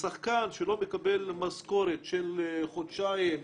שחקן שלא מקבל משכורת של חודשיים,